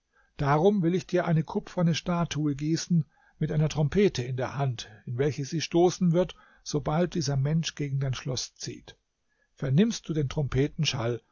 darum will ich dir eine kupferne statue gießen mit einer trompete in der hand in welche sie stoßen wird sobald dieser mensch gegen dein schloß zieht vernimmst du den